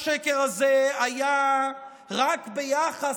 השקר הזה היה רק ביחס,